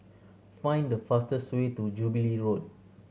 find the fastest way to Jubilee Road